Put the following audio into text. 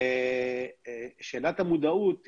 שאלת המודעות,